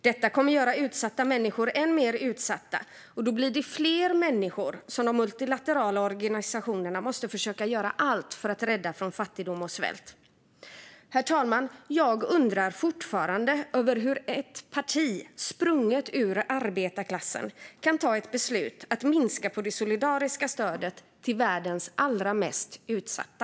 Detta kommer att göra utsatta människor än mer utsatta, och då blir det fler människor som de multilaterala organisationerna måste göra allt för att försöka rädda från fattigdom och svält. Herr talman! Jag undrar fortfarande hur ett parti sprunget ur arbetarklassen kan ta ett beslut om att minska på det solidariska stödet till världens allra mest utsatta.